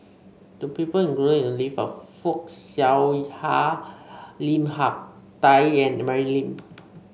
the people included in the list are Fock Siew Hak Lim Hak Tai and Mary Lim